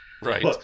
Right